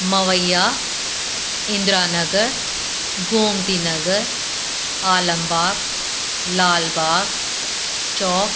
Mawaiya Indira Nagar Gomti Nagar Alambagh Lalbagh Chowk